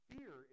Fear